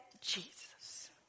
Jesus